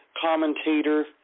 commentator